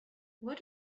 what